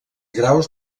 graus